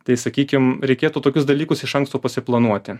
tai sakykim reikėtų tokius dalykus iš anksto pasiplanuoti